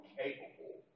capable